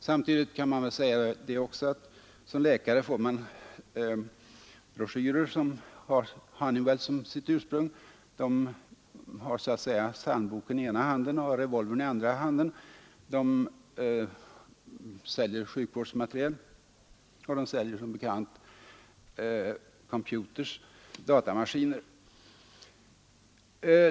Samtidigt kan man väl nämna att man som läkare får snälla, attraktiva broschyrer som har Honeywell som förläggare och avsändare. Företaget har så att säga psalmboken i ena handen och revolvern i den andra — man säljer sjukhusutrustningar och man säljer som bekant computers, datamaskiner.